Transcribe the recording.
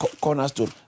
cornerstone